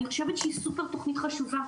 אני חושבת שהיא סופר תוכנית חשובה,